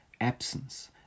absence